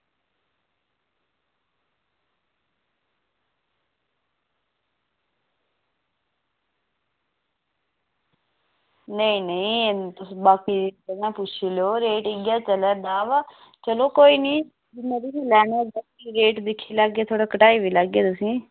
नेईं नेईं बाकी तुस इंया पुच्छी लैओ रेट इयै चला दा बा चलो कोई निं में तुसेंगी लैने गी औगा रेट दिक्खी लैगे थोह्ड़ा घटाई बी लैगे तुसें गी